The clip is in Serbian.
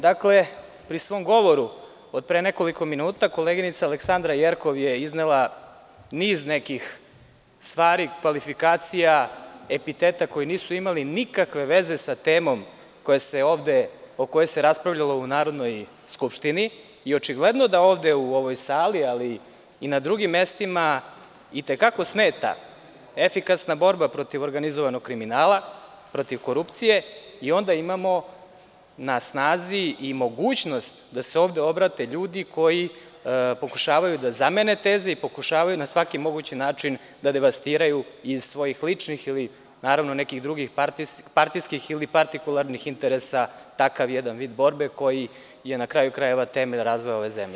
Dakle, pri svom govoru od pre nekoliko minuta koleginica Aleksandra Jerkov je iznela niz nekih stvari, kvalifikacija, epiteta koji nisu imali nikakve veze sa temom o kojoj se raspravljalo u Narodnoj skupštini i očigledno da ovde u ovoj sali, ali i na drugim mestima i te kako smeta efikasna borba protiv organizovanog kriminala, protiv korupcije i onda imamo na snazi i mogućnost da se ovde obrate ljudi koji pokušavaju da zamene teze i pokušavaju na svaki mogući način, da devastiraju iz svojih ličnih ili naravno, nekih drugih partijskih ili partikularnih interesa takav jedan vid borbe koji je na kraju krajeva, temelj razvoja ove zemlje.